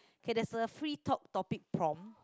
okay there's a free talk topic prompt